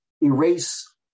erase